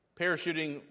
parachuting